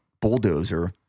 bulldozer